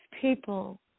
people